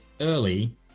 early